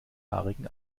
haarigen